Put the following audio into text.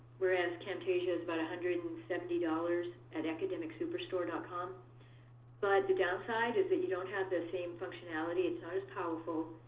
whereas camtasia is about one hundred and seventy dollars at academicsuperstore dot com but the downside is that you don't have the same functionality. it's not as powerful.